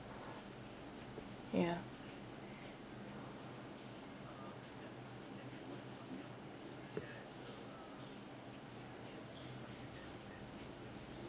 yeah